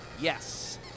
Yes